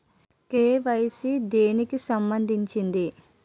KYC దేనికి సంబందించింది?